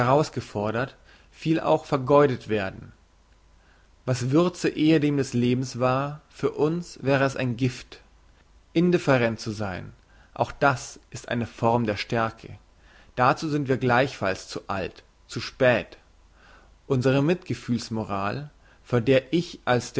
herausgefordert viel auch vergeudet werden was würze ehedem des lebens war für uns wäre es gift indifferent zu sein auch das ist eine form der stärke dazu sind wir gleichfalls zu alt zu spät unsre mitgefühls moral vor der ich als